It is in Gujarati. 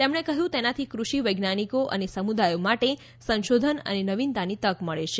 તેમણે કહ્યું તેનાથી કૃષિ વૈજ્ઞાનિકો અને સમુદાયો માટે સંશોધન અને નવીનતાની તક મળે છે